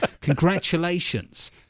congratulations